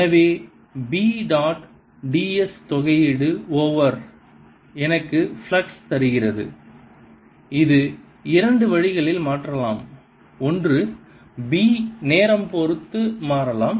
எனவே B dot d s தொகையீடு over எனக்கு ஃப்ளக்ஸ் தருகிறது இது இரண்டு வழிகளில் மாற்றலாம் ஒன்று B நேரம் பொருத்து மாறலாம்